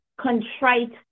contrite